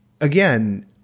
Again